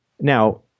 Now